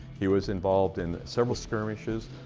he was involved in several skirmishes.